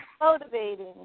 motivating